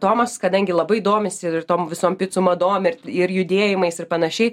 tomas kadangi labai domisi tom visom picų madom ir ir judėjimais ir panašiai